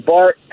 Bart